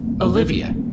Olivia